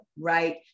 right